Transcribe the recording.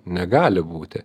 negali būti